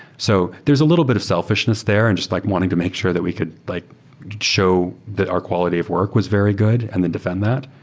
so there's a little bit of selfishness there and just like wanting to make sure that we could like show that our quality of work was very good and then defend that.